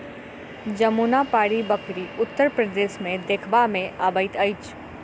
जमुनापारी बकरी उत्तर प्रदेश मे देखबा मे अबैत अछि